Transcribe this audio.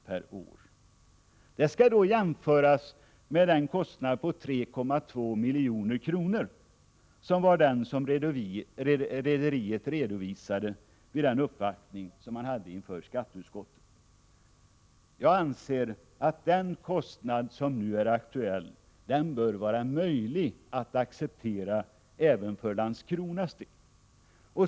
per år. Det skall då jämföras med den kostnad på 3,2 milj.kr. som rederiet redovisade vid sin uppfattning inför skatteutskottet. Jag anser att den kostnad som nu är aktuell bör vara möjlig att acceptera även för Landskronas del.